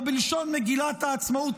או בלשון מדינת העצמאות,